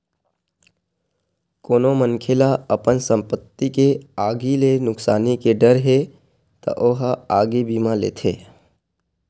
कोनो मनखे ल अपन संपत्ति के आगी ले नुकसानी के डर हे त ओ ह आगी बीमा लेथे